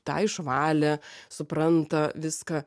tą išvalė supranta viską